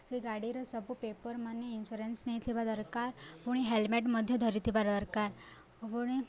ସେ ଗାଡ଼ିର ସବୁ ପେପର ମାନେ ଇନ୍ସୁରାନ୍ସ ନେଇଥିବା ଦରକାର ପୁଣି ହେଲମେଟ୍ ମଧ୍ୟ ଧରିଥିବା ଦରକାର ପୁଣି